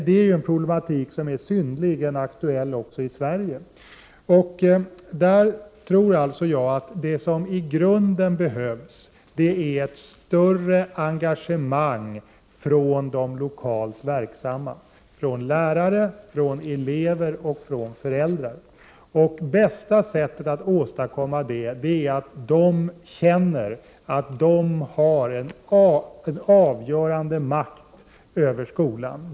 Det är ett problem som är synnerligen aktuellt även i Sverige. Jag tror att det som i grunden behövs är ett större engagemang från de lokalt verksamma — från lärare, från elever och från föräldrar. Det bästa sättet att åstadkomma det är att göra så att dessa människor känner att de har en avgörande makt över skolan.